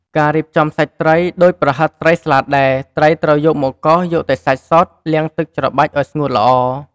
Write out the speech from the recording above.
ការរៀបចំសាច់ត្រី ដូចប្រហិតត្រីស្លាតដែរ ត្រីត្រូវយកមកកោសយកតែសាច់សុទ្ធ លាងទឹកច្របាច់ឱ្យស្ងួតល្អ។